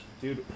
dude